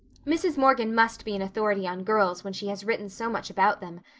mrs. morgan must be an authority on girls when she has written so much about them,